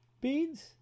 beads